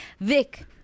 Vic